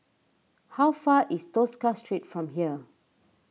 how far away is Tosca Street from here